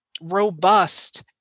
robust